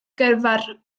gyfer